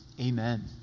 Amen